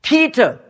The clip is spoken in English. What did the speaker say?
Peter